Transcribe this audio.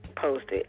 posted